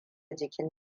jikin